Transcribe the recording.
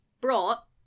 brought